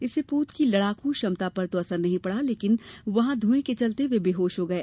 इससे पोत की लड़ाकू क्षमता पर तो असर नहीं पड़ा लेकिन वहां धुएं के चलते वे बेहोश हो गए